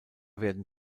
werden